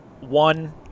one